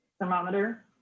thermometer